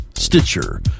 Stitcher